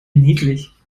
niedlich